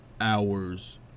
hours